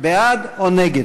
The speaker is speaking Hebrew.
בעד או נגד.